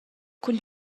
cun